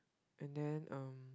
and then um